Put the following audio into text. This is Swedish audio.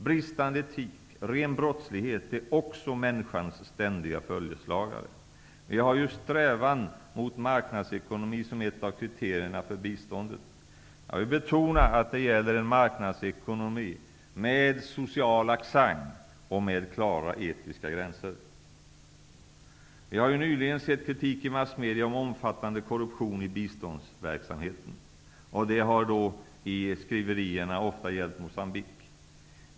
Bristande etik och ren brottslighet är också människans ständiga följeslagare. Vi har ju strävan mot marknadsekonomi som ett av kriterierna för biståndet. Jag vill betona att det gäller en marknadsekonomi med social accent och med klara etiska gränser. Vi har nyligen sett kritik i massmedia om omfattande korruption i biståndsverksamheten. Det har ofta gällt Moçambique.